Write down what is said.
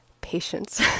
patience